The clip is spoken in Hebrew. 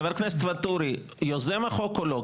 חבר הכנסת ואטורי יוזם החוק או לא?